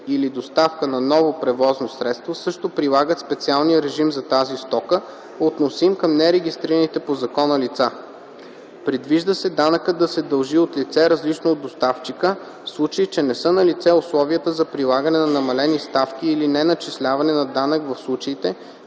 или доставка на ново превозно средство също прилагат специалния режим за тази стока, относим към нерегистрираните по закона лица. Предвижда се данъкът да се дължи от лице, различно от доставчика, в случай, че не са налице условията за прилагане на намалени ставки или неначисляване на данък в случаите,